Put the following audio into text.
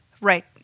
Right